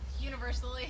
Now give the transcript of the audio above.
universally